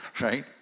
right